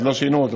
עוד לא שינו אותו,